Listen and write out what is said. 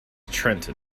trenton